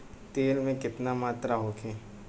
तेल के केतना मात्रा होखे?